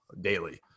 daily